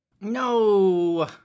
No